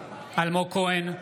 כהן,